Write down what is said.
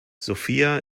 sofia